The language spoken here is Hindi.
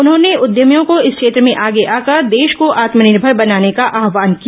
उन्होंने उद्यमियों को इस क्षेत्र में आगे आकर देश को आत्मनिर्भर बनाने का आव्हान किया